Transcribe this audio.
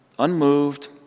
unmoved